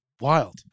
wild